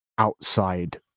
outside